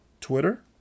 Twitter